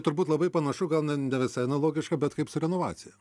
turbūt labai panašu gal ne ne visai analogiška bet kaip su renovacija